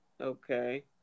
Okay